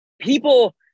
people